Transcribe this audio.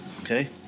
Okay